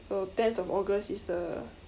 so tenth of august is the